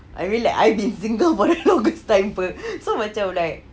I mean like I've been single for the longest time for so macam like